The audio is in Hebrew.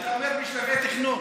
אתה אומר בשלבי תכנון.